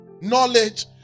knowledge